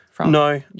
No